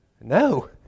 No